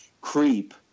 creep